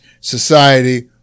society